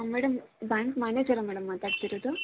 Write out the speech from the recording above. madam bank manager madam ಮಾತಾಡ್ತಿರೋದು